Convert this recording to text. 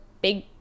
big